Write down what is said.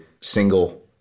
single